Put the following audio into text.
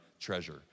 treasure